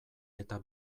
eta